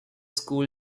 school